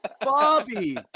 Bobby